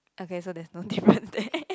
okay so there's no difference there